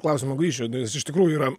klausimo grįšiu nes iš tikrųjų yra